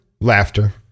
Laughter